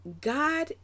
God